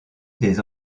des